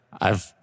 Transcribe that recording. I've-